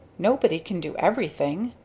nobody can do everything.